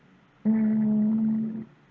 mm